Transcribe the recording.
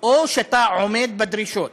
או שאתה עומד בדרישות.